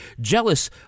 jealous